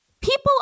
People